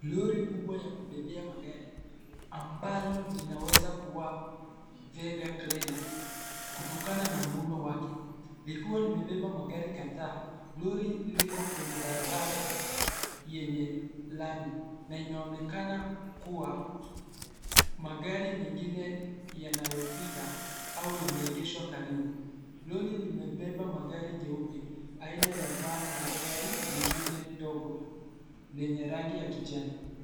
Lori kubwa ya kubebea magari, ambalo linaweza kuwa Vegadreila , kutokana na muundo wake. Likiwa limebeba magari kadhaa, lori liko kwenye barabara yenye lami, na inaonekana kuwa magari mengine yanayopita au yameegeshwa karibu. Lori limebeba magari jeupe, aina ya van na gari lingine dogo, lenye rangi ya kijani.